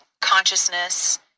consciousness